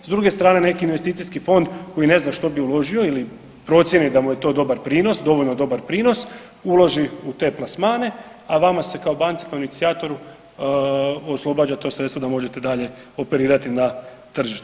S druge strane neki investicijski fond koji ne zna što bi uložio ili procijeni da mu je to dobar prinos, dovoljno dobar prinos uloži u te plasmane, a vama se kao banci, kao inicijatoru oslobađa to sredstvo da možete dalje operirati na tržištu.